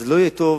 לא יהיה טוב.